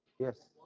yes.